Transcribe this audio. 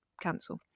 cancel